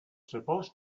supposed